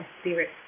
spirit